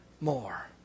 more